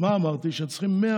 אבל אני אומר לך משהו אחר.